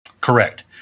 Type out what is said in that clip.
Correct